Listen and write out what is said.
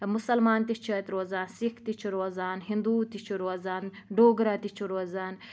مُسلمان تہِ چھِ اَتہِ روزان سِکھ تہِ چھِ روزان ہِندوٗ تہِ چھِ روزان ڈوگرا تہِ چھِ روزان